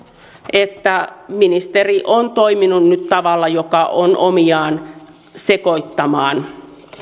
että ministeri on toiminut nyt tavalla joka on omiaan sekoittamaan